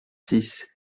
six